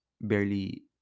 barely